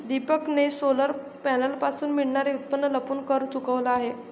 दीपकने सोलर पॅनलपासून मिळणारे उत्पन्न लपवून कर चुकवला आहे